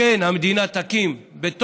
כמו כן,